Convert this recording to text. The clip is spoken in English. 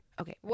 Okay